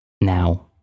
Now